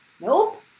Nope